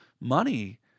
money